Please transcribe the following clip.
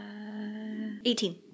18